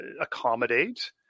accommodate